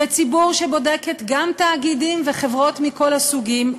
וציבור שבודקת גם תאגידים וחברות מכל הסוגים,